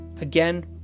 again